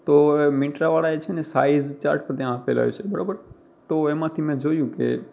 તો મિન્ટ્રાવાળાએ છે ને સાઇઝ ચાર્ટ પણ ત્યાં આપેલા હોય છે બરાબર તો એમાંથી મેં જોયું કે